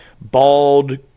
bald